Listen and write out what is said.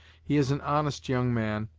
he is an honest young man,